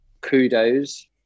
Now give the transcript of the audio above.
kudos